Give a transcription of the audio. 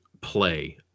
Play